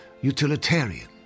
utilitarian